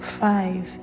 five